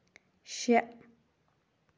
شےٚ